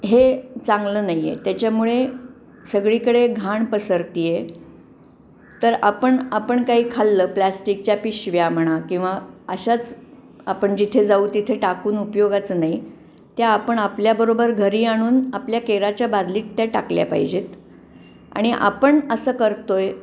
हे चांगलं नाही आहे त्याच्यामुळे सगळीकडे घाण पसरते आहे तर आपण आपण काही खाल्लं प्लास्टिकच्या पिशव्या म्हणा किंवा अशाच आपण जिथे जाऊ तिथे टाकून उपयोगाचं नाही त्या आपण आपल्याबरोबर घरी आणून आपल्या केराच्या बादलीत त्या टाकल्या पाहिजेत आणि आपण असं करतो आहे